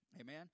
Amen